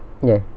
ya